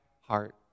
heart